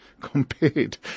compared